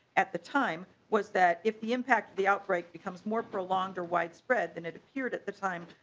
at the time was that if the impact the outbreak becomes more prolonged are widespread than it appeared at the time.